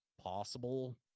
possible